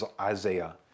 Isaiah